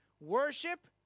worship